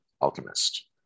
alchemist